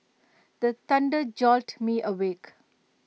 the thunder jolt me awake